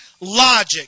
Logic